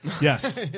Yes